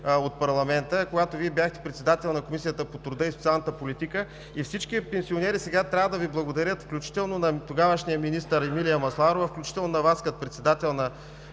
от парламента, когато Вие бяхте председател на Комисията по труда и социалната политика. И всички пенсионери сега трябва да Ви благодарят, включително на тогавашния министър Емилия Масларова, включително на Вас като председател на